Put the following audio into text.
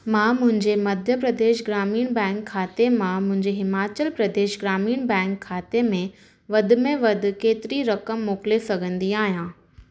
मां मुंहिंजे मध्य प्रदेश ग्रामीण बैंक खाते मां मुंहिंजे हिमाचल प्रदेश ग्रामीण बैंक खाते में वधि में वधि केतिरी रक़म मोकिले सघंदी आहियां